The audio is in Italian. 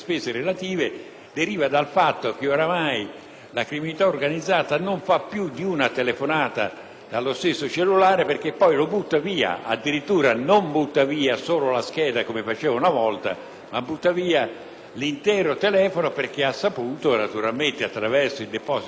la criminalità organizzata non fa più di una telefonata dallo stesso cellulare e poi lo butta via, gettando non solo la scheda, come faceva una volta, ma l'intero telefono perché ha saputo, attraverso il deposito degli atti, che la Polizia riusciva a risalire